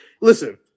Listen